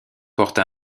porte